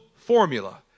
formula